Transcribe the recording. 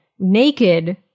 Naked